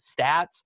stats